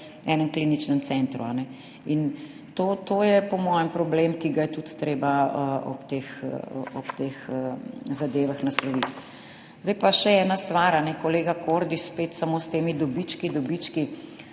v enem kliničnem centru. To je po mojem problem, ki ga je tudi treba ob teh zadevah nasloviti. Zdaj pa še ena stvar. Kolega Kordiš spet samo s temi dobički, dobički.